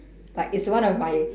but it's one of my